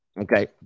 Okay